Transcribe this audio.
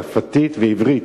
צרפתית ועברית.